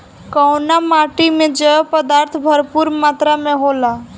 कउना माटी मे जैव पदार्थ भरपूर मात्रा में होला?